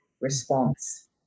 response